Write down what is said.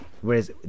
Whereas